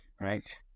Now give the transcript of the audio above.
right